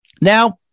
Now